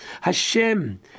Hashem